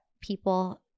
people